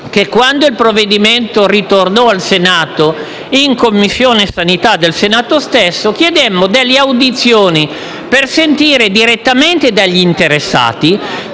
che, quando il provvedimento ritornò al Senato, in Commissione sanità chiedemmo delle audizioni per conoscere, direttamente dagli interessati,